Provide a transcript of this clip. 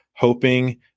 hoping